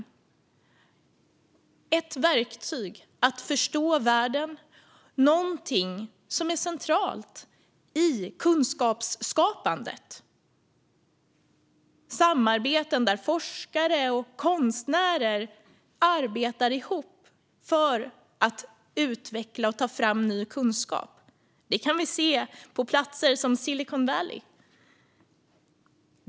De är ett verktyg att förstå världen, någonting som är centralt i kunskapsskapandet - samarbeten där forskare och konstnärer arbetar ihop för att utveckla och ta fram ny kunskap. Det kan vi se på platser som Silicon Valley.